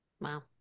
Wow